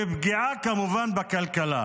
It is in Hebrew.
וכמובן לפגיעה בכלכלה.